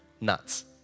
Nuts